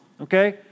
Okay